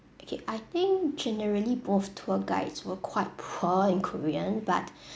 okay I think generally both tour guides were quite poor in korean but